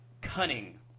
cunning